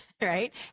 right